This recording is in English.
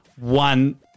one